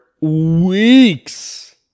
weeks